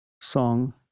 song